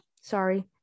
sorry